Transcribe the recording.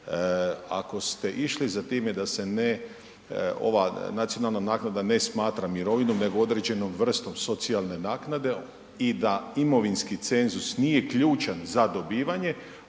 ako ste išli za time da se ne, ova nacionalna naknada ne smatra mirovinom nego određenom vrstom socijalne naknade i da imovinski cenzus nije ključan za dobivanje,